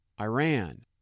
Iran